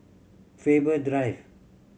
Faber Drive